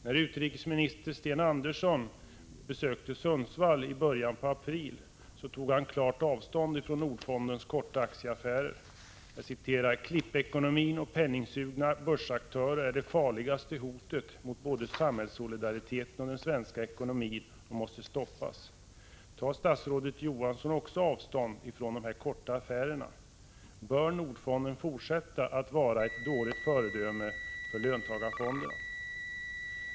När utrikesminister Sten Andersson besökte Sundsvall i början av april tog han klart avstånd från Nordfondens korta aktieaffärer. Han sade: Klippekonomin och penningsugna börsaktörer är de farligaste hoten mot både samhällssolidariteten och den svenska ekonomin och måste stoppas. Tar statsrådet Johansson också avstånd från de korta affärerna? Bör Nordfonden fortsätta att vara ett dåligt föredöme för löntagarfonderna?